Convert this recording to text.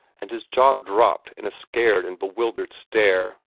and his jaw dropped in a scared and bewildered stare.